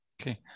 Okay